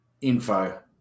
info